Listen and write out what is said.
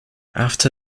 after